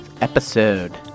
episode